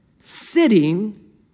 sitting